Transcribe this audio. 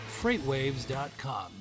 FreightWaves.com